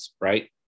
right